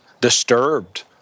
disturbed